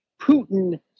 Putin